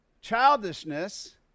Childishness